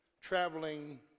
traveling